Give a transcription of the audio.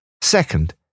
Second